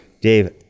Dave